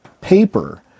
paper